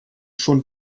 schon